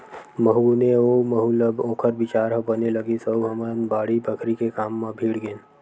महूँ गुनेव अउ महूँ ल ओखर बिचार ह बने लगिस अउ हमन बाड़ी बखरी के काम म भीड़ गेन